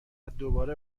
دوباره